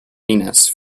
venus